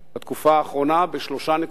בתקופה האחרונה ב-3.6%;